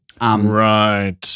Right